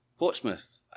Portsmouth